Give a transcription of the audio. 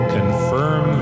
Confirm